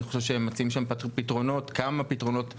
אני חושב שהם מציעים שם כמה פתרונות טובים,